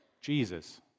Jesus